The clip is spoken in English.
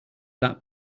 that